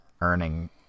earning